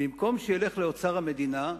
במקום שילך לאוצר המדינה,